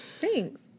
Thanks